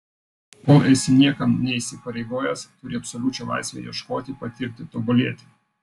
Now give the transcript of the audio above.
kol esi niekam neįsipareigojęs turi absoliučią laisvę ieškoti patirti tobulėti